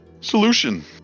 solution